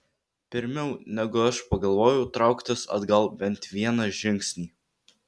pirmiau negu aš pagalvojau trauktis atgal bent vieną žingsnį